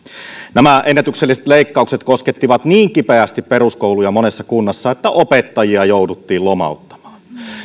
nämä ennätykselliset leikkaukset koskettivat niin kipeästi peruskouluja monessa kunnassa että opettajia jouduttiin lomauttamaan